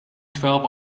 twelve